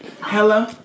Hello